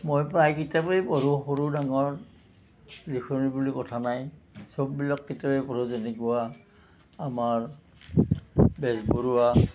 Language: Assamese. মই প্ৰায় কিতাপেই পঢ়োঁ সৰু ডাঙৰ লিখনি বুলি কথা নাই সববিলাক কিতাপেই পঢ়োঁ যেনেকুৱা আমাৰ বেজবৰুৱা